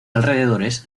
alrededores